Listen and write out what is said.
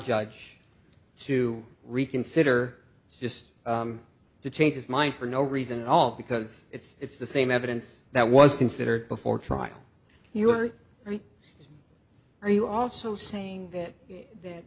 judge to reconsider just to change his mind for no reason at all because it's the same evidence that was considered before trial you were are you also saying that that